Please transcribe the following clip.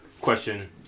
question